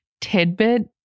tidbit